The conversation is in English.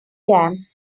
jam